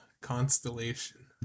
constellation